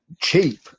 cheap